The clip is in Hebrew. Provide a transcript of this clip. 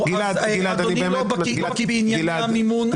אדוני לא בקי בענייני המימון של המועצות הדתיות.